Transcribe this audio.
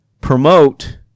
promote